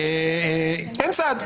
ולכן,